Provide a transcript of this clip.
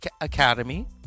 Academy